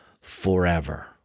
forever